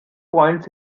points